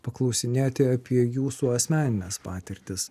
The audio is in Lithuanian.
paklausinėti apie jūsų asmenines patirtis